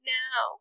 now